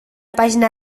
pàgina